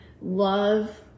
Love